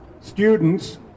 students